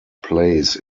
plays